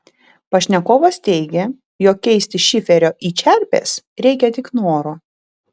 pašnekovas teigia jog keisti šiferio į čerpes reikia tik noro